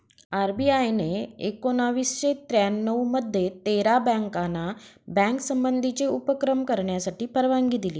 RBI ने एकोणावीसशे त्र्यानऊ मध्ये तेरा बँकाना बँक संबंधीचे उपक्रम करण्यासाठी परवानगी दिली